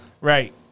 Right